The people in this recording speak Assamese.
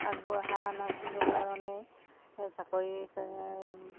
আগবঢ়া নাছিলোঁ কাৰণে চাকৰি